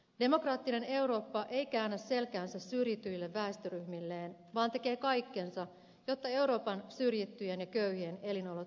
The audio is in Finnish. demokraattinen eurooppa ei käännä selkäänsä syrjityille väestöryhmilleen vaan tekee kaikkensa jotta euroopan syrjittyjen ja köyhien elinolot paranisivat